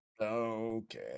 Okay